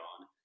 on